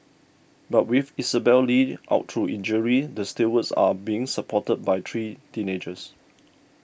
but with Isabelle Li out through injury the stalwarts are being supported by three teenagers